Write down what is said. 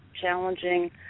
challenging